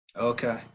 Okay